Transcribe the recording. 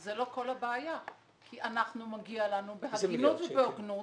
זה לא כל הבעיה כי לנו מגיע בהגינות ובהוגנות